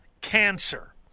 cancer